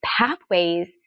pathways